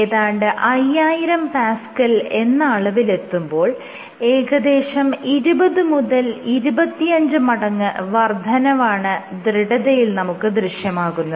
ഏതാണ്ട് 5000Pa എന്ന അളവിലെത്തുമ്പോൾ ഏകദേശം 20 മുതൽ 25 മടങ്ങ് വർദ്ധനവാണ് ദൃഢതയിൽ നമുക്ക് ദൃശ്യമാകുന്നത്